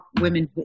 women